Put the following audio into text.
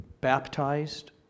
baptized